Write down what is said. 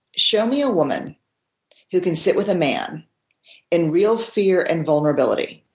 show me a woman who can sit with a man in real fear and vulnerability.